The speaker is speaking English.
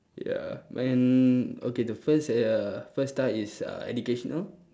ya and okay the first uh first type is uh educational